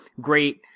great